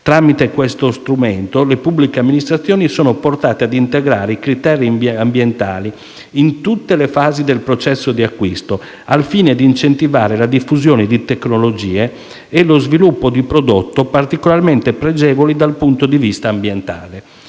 Tramite questo strumento, le pubbliche amministrazioni sono portate ad integrare i criteri ambientali in tutte le fasi del processo di acquisto al fine di incentivare la diffusione di tecnologie e lo sviluppo di prodotti particolarmente pregevoli dal punto di vista ambientale.